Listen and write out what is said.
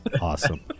Awesome